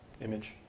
image